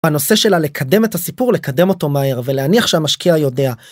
הנושא שלה לקדם את הסיפור לקדם אותו מהר ולהניח שהמשקיע יודע.